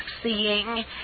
Seeing